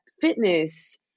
fitness